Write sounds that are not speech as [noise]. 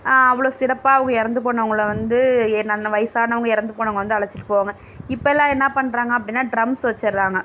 அவ்வளோ சிறப்பாக அவங்க இறந்து போனவங்களை வந்து எ [unintelligible] வயசானவங்க இறந்து போனவங்க வந்து அழைச்சிட்டு போவாங்க இப்போல்லாம் என்ன பண்ணுறாங்க அப்படின்னா ட்ரம்ஸ் வச்சிடறாங்க